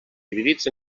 dividits